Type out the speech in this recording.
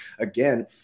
again